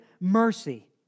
mercy